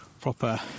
Proper